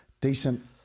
decent